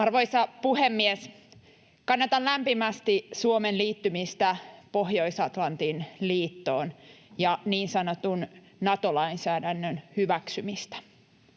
Arvoisa puhemies! Kannatan lämpimästi Suomen liittymistä Pohjois-Atlantin liittoon ja niin sanotun Nato-lainsäädännön hyväksymistä.